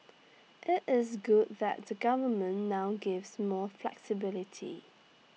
IT is good that the government now gives more flexibility